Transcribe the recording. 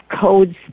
codes